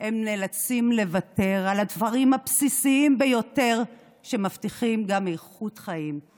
הם נאלצים לוותר על הדברים הבסיסיים ביותר שמבטיחים גם איכות חיים.